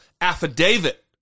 affidavit